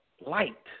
light